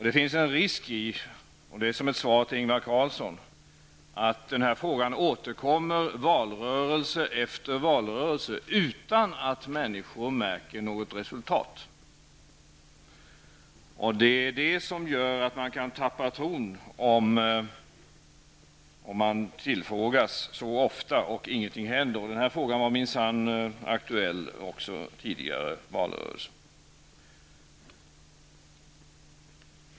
Det finns en risk, säger jag som svar till Ingvar Carlsson, att den här frågan återkommer valrörelse efter valrörelse, utan att människor märker något resultat. Det är sådant som gör att man kan tappa tron, om man tillfrågas så ofta och ingenting händer. Den här frågan var minsann aktuell också tidigare valrörelser.